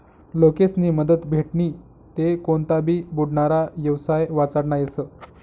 लोकेस्नी मदत भेटनी ते कोनता भी बुडनारा येवसाय वाचडता येस